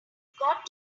got